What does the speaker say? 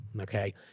Okay